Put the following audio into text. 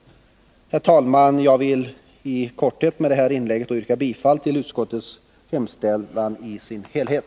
Herr talman! Jag vill med detta korta inlägg yrka bifall till utskottets hemställan i dess helhet.